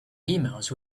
emails